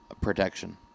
protection